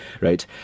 Right